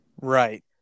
right